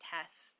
test